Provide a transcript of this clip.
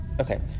Okay